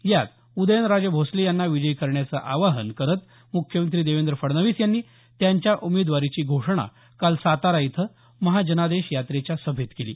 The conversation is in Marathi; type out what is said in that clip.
यात उदयनराजे भोसले यांना विजयी करण्याचं आवाहन करत मुख्यमंत्री देवेंद्र फडणवीस यांनी त्यांच्या उमेदवारीची घोषणा काल सातारा इथं महाजनादेश यात्रेच्या सभेत केली